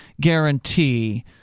guarantee